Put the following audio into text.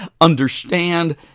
understand